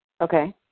Okay